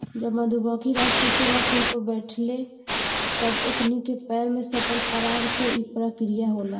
जब मधुमखी रस चुसेला फुल पर बैठे ले तब ओकनी के पैर में सटल पराग से ई प्रक्रिया होला